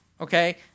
okay